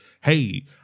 Hey